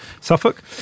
suffolk